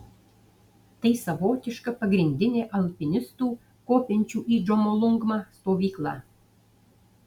tai savotiška pagrindinė alpinistų kopiančių į džomolungmą stovykla